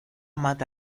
mata